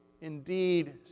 indeed